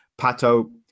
Pato